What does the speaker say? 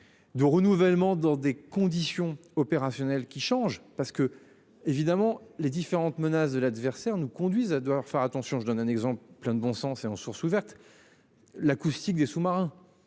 De renouvellement dans des conditions opérationnelles qui change parce que évidemment les différentes menaces de l'adversaire nous conduisent à devoir faire attention je donne un exemple plein de bon sens et en sources ouvertes. L'acoustique des sous-marins.